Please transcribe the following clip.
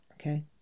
Okay